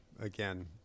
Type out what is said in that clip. again